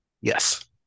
Yes